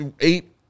Eight